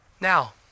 Now